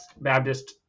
Baptist